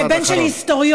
כבן של היסטוריון,